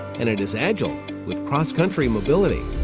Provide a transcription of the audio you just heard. and it is agile with cross-country mobility.